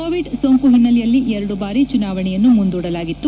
Covid ಸೋಂಕು ಹಿನ್ನೆಲೆಯಲ್ಲಿ ಎರಡು ಬಾರಿ ಚುನಾವಣೆಯನ್ನು ಮುಂದೂಡಲಾಗಿತ್ತು